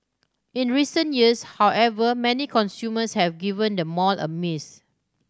in recent years however many consumers have given the mall a miss